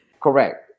Correct